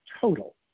total